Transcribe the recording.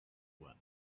one